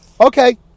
Okay